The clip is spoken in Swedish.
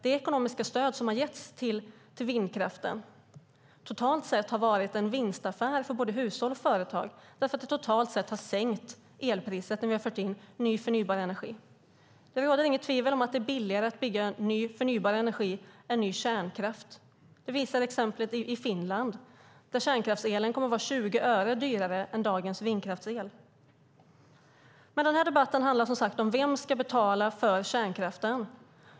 Det ekonomiska stöd som har getts till vindkraften har totalt sett varit en vinstaffär för både hushåll och företag. Det har totalt sett sänkt elpriset när vi har fört in ny förnybar energi. Det råder inget tvivel om att det är billigare att bygga ny förnybar energi än ny kärnkraft. Det visar exemplet i Finland, där kärnkraftselen kommer att vara 20 öre dyrare än dagens vindkraftsel. Den här debatten handlar om vem som ska betala för kärnkraften.